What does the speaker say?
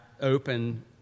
open